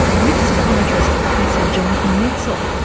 with psychiatrist professor jonathan metzl,